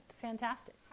fantastic